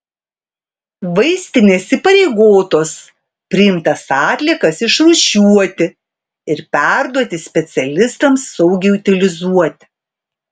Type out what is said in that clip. vaistinės įpareigotos priimtas atliekas išrūšiuoti ir perduoti specialistams saugiai utilizuoti